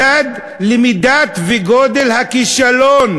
מדד למידת וגודל הכישלון.